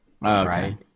right